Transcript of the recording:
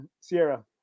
Sierra